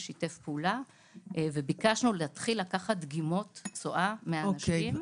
ששיתף פעולה וביקשנו לקחת דגימות צואה מאנשים.